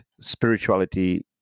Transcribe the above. spirituality